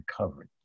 Recovery